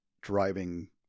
driving